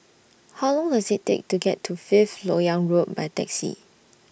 How Long Does IT Take to get to Fifth Lok Yang Road By Taxi